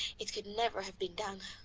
it could never have been done.